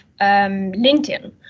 LinkedIn